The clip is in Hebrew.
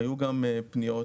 היו פניות,